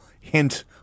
hint